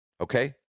okay